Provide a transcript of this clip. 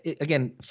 again